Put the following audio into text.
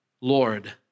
Lord